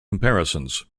comparisons